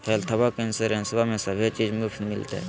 हेल्थबा के इंसोरेंसबा में सभे चीज मुफ्त मिलते?